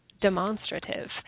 demonstrative